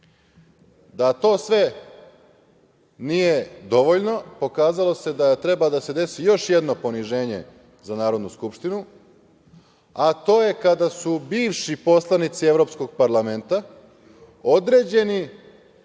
to sve nije dovoljno pokazalo je da treba da se desi još jedno poniženje za Narodnu skupštinu, a to je kada su bivši poslanici evropskog parlamenta određeni